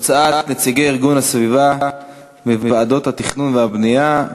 לנושא הבא: הוצאת הנציגים של ארגוני הסביבה מוועדות התכנון והבנייה,